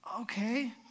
okay